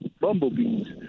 bumblebees